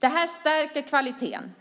Det stärker kvaliteten.